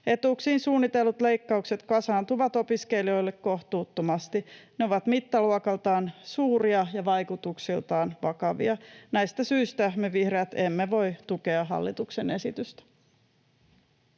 Etuuksiin suunnitellut leikkaukset kasaantuvat opiskelijoille kohtuuttomasti. Ne ovat mittaluokaltaan suuria ja vaikutuksiltaan vakavia. Näistä syistä me vihreät emme voi tukea hallituksen esitystä.